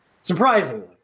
surprisingly